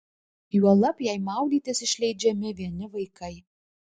juolab jei maudytis išleidžiami vieni vaikai